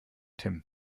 tim